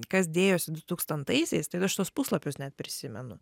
kas dėjosi du tūkstantaisiais tai aš tuos puslapius net prisimenu